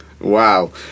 Wow